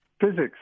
physics